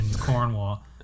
Cornwall